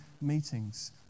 meetings